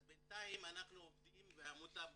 אז בינתיים אנחנו עובדים והעמותה בקרוב,